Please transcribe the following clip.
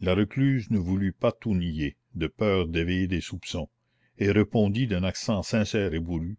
la recluse ne voulut pas tout nier de peur d'éveiller des soupçons et répondit d'un accent sincère et bourru